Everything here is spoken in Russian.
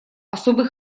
особый